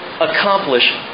accomplish